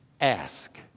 ask